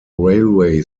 railway